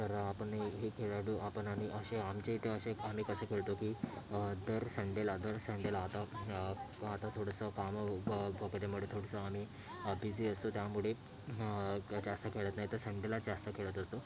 तर आपणही हे खेळाडू आपण आणि असे आमच्या इथे असे आम्ही कसे खेळतो की दर संडेला दर संडेला आता आता थोडंसं काम वगैरे मुळे थोडंसं आम्ही बिझी असतो त्यामुळे जास्त खेळत नाही तर संडेलाच जास्त खेळत असतो